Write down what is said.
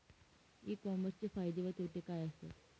E कॉमर्सचे फायदे व तोटे काय असतात?